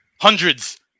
Hundreds